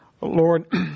Lord